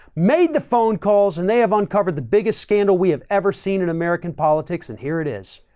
made the phone calls, and they have uncovered the biggest scandal we have ever seen in american politics. and here it is.